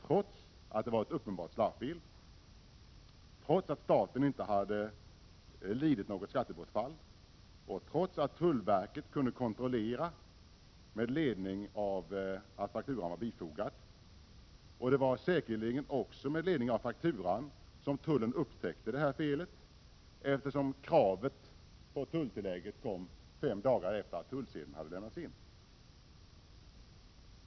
— trots att det var ett uppenbart slarvfel, trots att staten inte hade lidit något skattebortfall och trots att tullverket kunde kontrollera med ledning av den bifogade fakturan. Det var säkerligen också med ledning av fakturan som tullen upptäckte detta fel, eftersom kravet på tulltillägget kom fem dagar efter det att tullsedeln hade lämnats in.